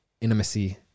intimacy